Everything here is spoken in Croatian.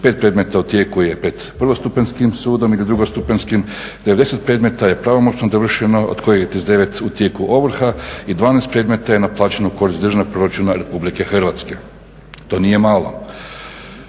45 predmeta, u tijeku je pred prvostupanjskim sudom ili drugostupanjskim, 90 predmeta je pravomoćno dovršeno od kojih je 39 u tijeku ovrha i 12 predmeta je naplaćeno u korist Državnog proračuna RH. To nije malo.